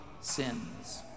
sins